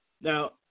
Now